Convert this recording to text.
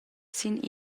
sin